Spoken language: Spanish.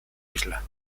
isla